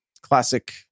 Classic